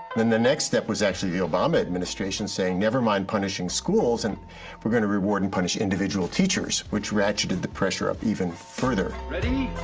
then the next step was actually the obama administration saying never mind punishing schools and we're gonna reward and punish individual teachers which ratcheted the pressure up even further. ready,